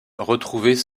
retrouvées